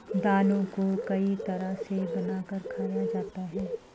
दालों को कई तरह से बनाकर खाया जाता है